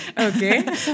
Okay